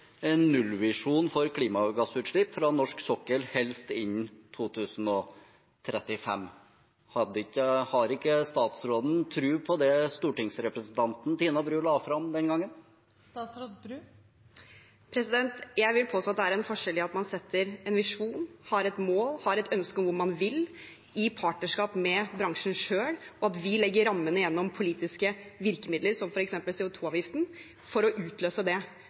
en nullvisjon for klimagassutslipp fra norsk sokkel, helst innen 2035? Har ikke statsråden tro på det stortingsrepresentanten Tina Bru la fram den gangen? Jeg vil påstå at det er en forskjell på at man har en visjon, har et mål, har et ønske om hvor man vil, i partnerskap med bransjen selv, og at vi legger rammene gjennom politiske virkemidler, som f.eks. CO 2 -avgiften, for å utløse det